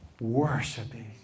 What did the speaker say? worshiping